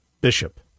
Bishop